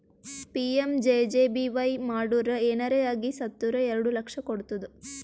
PMJJBY ಮಾಡುರ್ ಏನರೆ ಆಗಿ ಸತ್ತುರ್ ಎರಡು ಲಕ್ಷ ಕೊಡ್ತುದ್